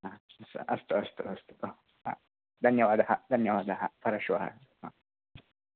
आ अस्तु अस्तु अस्तु आ धन्यवादः धन्यवादः परश्वः हा